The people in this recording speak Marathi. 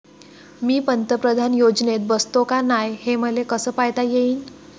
मी पंतप्रधान योजनेत बसतो का नाय, हे मले कस पायता येईन?